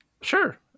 sure